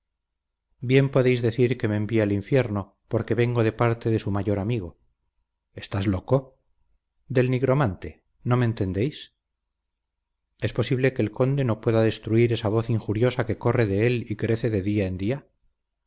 bien podéis decir que me envía el infierno porque vengo de parte de su mayor amigo estás loco del nigromante no me entendéis es posible que el conde no pueda destruir esa voz injuriosa que corre de él y crece de día en día